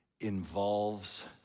involves